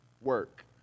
work